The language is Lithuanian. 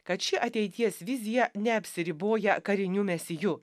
kad ši ateities vizija neapsiriboja kariniu mesiju